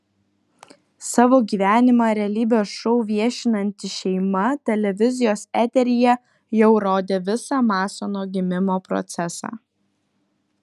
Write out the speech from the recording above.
savo gyvenimą realybės šou viešinanti šeima televizijos eteryje jau rodė visą masono gimimo procesą